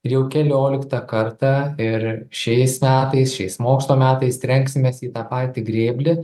jau kelioliktą kartą ir šiais metais šiais mokslo metais trenksimės į tą patį grėblį